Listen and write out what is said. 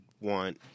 want